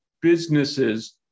businesses